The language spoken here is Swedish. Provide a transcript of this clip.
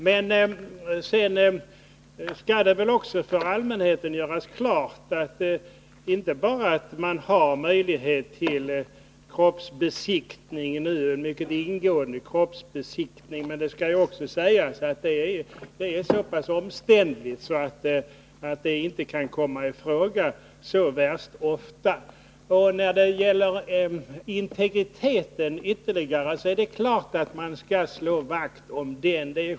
Sedan skall det väl också för allmänheten göras klart inte bara att det finns möjligheter till en mycket ingående kroppsbesiktning utan även att denna besiktning är så pass omständlig att den inte kan komma i fråga så värst ofta. När det gäller integriteten är det klart att man måste slå vakt om den.